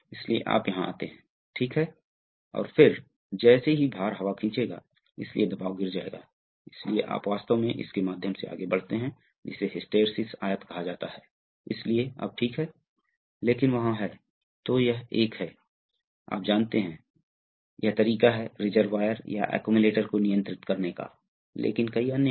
तो यह उस पोजीशन में है जब यह बंद होने की बात आती है एक निश्चित मात्रा में ओपनिंग होता है और इसके आधार पर जब आपके पास एक निश्चित ओपनिंग की मात्रा होती है तो आपके पास प्रवाह की एक निश्चित मात्रा होती है या कुछ मात्रा दबाव इसलिए आप मोटर को उस प्रवाह दर या उस गति से चलाने जा रहे हैं यह दो चरण वाले सर्वो वाल्व का संचालन है